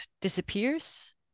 disappears